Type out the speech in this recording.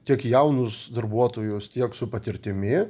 tiek jaunus darbuotojus tiek su patirtimi